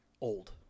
old